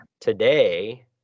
Today